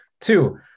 Two